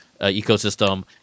ecosystem